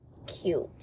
cute